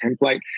template